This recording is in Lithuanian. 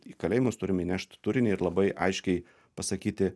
į kalėjimus turim įnešt turinį ir labai aiškiai pasakyti